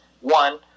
One